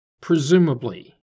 presumably